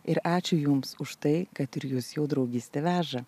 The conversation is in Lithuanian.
ir ačiū jums už tai kad ir jus jau draugystė veža